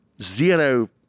Zero